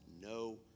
no